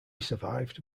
survived